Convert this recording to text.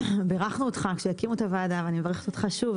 בירכנו אותך כשהקימו את הוועדה ואני מברכת אותך שוב,